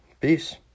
Peace